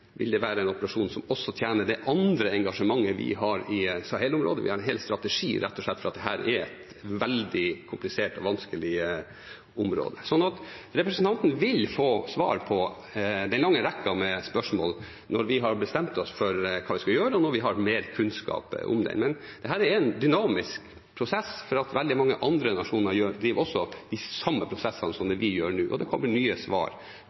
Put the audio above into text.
Vil det være en operasjon som også tjener det andre engasjementet vi har i Sahel-området? Vi har en hel strategi, rett og slett fordi dette er et veldig komplisert og vanskelig område. Representanten vil få svar på den lange rekken av spørsmål når vi har bestemt oss for hva vi skal gjøre, og når vi har mer kunnskap om dette. Men dette er en dynamisk prosess – veldig mange andre nasjoner driver med de samme prosessene som vi gjør nå, og vi får nye svar